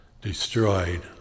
destroyed